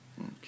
Okay